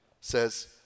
says